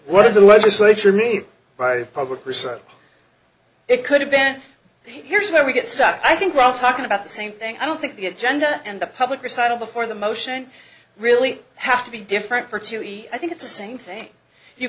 what the legislature mean by public recess it could have been here's where we get stuck i think we're all talking about the same thing i don't think the agenda and the public recital before the motion really have to be different for toohey i think it's the same thing you